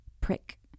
Prick